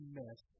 miss